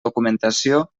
documentació